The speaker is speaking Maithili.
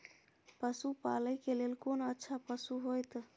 पशु पालै के लेल कोन अच्छा पशु होयत?